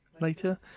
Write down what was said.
Later